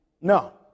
No